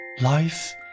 Life